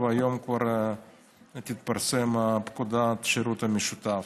והיום תתפרסם פקודת השירות המשותף.